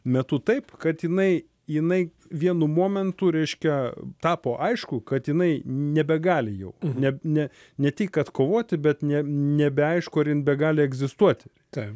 metu taip kad jinai jinai vienu momentu reiškia tapo aišku kad jinai nebegali jau ne ne ne tik kad kovoti bet ne nebeaišku ar jin begali egzistuoti taip